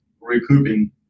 recouping